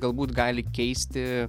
galbūt gali keisti